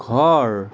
ঘৰ